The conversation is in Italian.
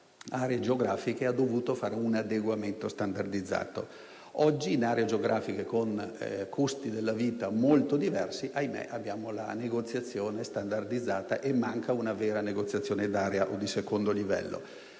aree geografiche ha infatti dovuto fare un adeguamento standardizzato. Oggi, in aree geografiche con costi della vita molto diversi, abbiamo purtroppo la negoziazione standardizzata e manca una vera negoziazione di area o di secondo livello.